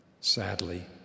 Sadly